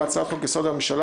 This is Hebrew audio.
כחול לבן,